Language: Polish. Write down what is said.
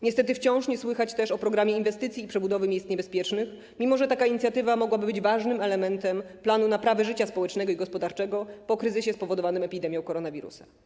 Niestety wciąż nie słychać też o programie inwestycji przebudowy miejsc niebezpiecznych, mimo że taka inicjatywa mogłaby być ważnym elementem planu naprawy życia społecznego i gospodarczego po kryzysie spowodowanym epidemią koronawirusa.